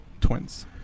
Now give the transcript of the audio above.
twins